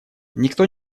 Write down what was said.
никто